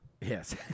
Yes